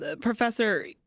Professor